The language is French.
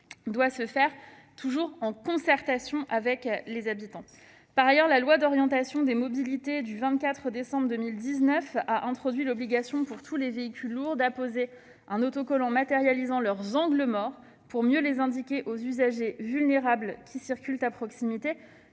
doit se faire, toujours en concertation avec les habitants. Par ailleurs, la loi d'orientation des mobilités du 24 décembre 2019 a introduit l'obligation pour tous les véhicules lourds d'apposer un autocollant matérialisant leurs angles morts, pour mieux les indiquer aux usagers vulnérables qui circulent à proximité.